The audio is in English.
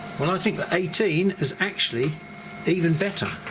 well i think that eighteen is actually even better,